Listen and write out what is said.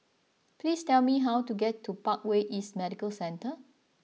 please tell me how to get to Parkway East Medical Centre